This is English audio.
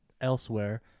elsewhere